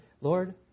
Lord